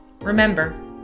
Remember